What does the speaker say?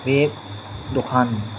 बे दखान